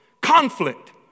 conflict